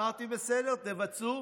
אמרתי: בסדר, תבצעו.